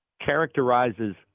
characterizes